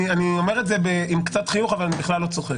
אומר את זה עם קצת חיוך אבל אני בכלל לא צוחק.